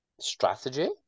Strategy